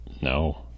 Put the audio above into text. No